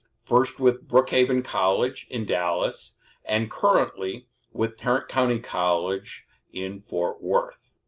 first with brookhaven college in dallas and currently with tarrant county college in fort worth.